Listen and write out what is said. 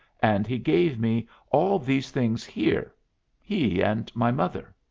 and he gave me all these things here he and my mother.